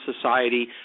society